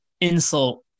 insult